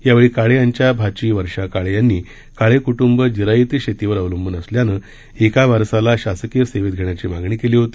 यावेळी काळे यांच्या भाची वर्षा काळे यांनी काळे कुटुंब जिरायती शेतीवर अवलंबून असल्यानं एका वारसाला शासकीय सेवेत घेण्याची मागणी केली होती